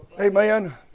Amen